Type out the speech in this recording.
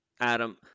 Adam